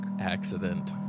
accident